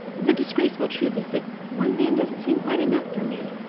the disgraceful truth is that one man doesn't seem quite enough for me.